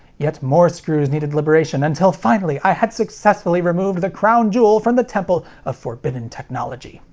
yet more screws needed liberation, until finally i had successfully removed the crown jewel from the temple of forbidden technology.